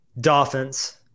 Dolphins